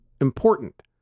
important